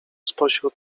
spośród